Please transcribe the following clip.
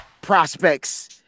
prospects